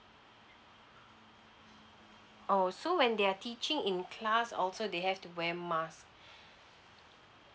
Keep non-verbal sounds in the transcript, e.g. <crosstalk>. oh so when they're teaching in class also they have to wear mask <breath>